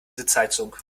sitzheizung